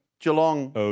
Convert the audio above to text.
Geelong